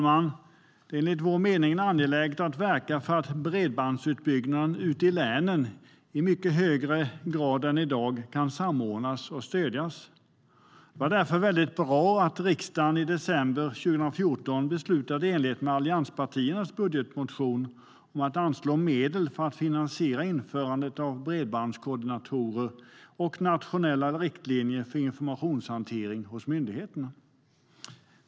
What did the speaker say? Det är enligt vår mening angeläget att verka för att bredbandsutbyggnaden ute i länen i mycket högre grad än i dag kan samordnas och stödjas. Det var därför väldigt bra att riksdagen i december 2014 beslutade i enlighet med allianspartiernas budgetmotion om att anslå medel för att finansiera införandet av bredbandskoordinatorer och nationella riktlinjer för informationshantering hos myndigheterna.